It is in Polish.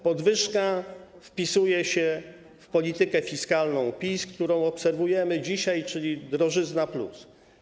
Podwyżka wpisuje się w politykę fiskalną PiS, którą obserwujemy dzisiaj, czyli drożyzna+.